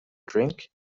drink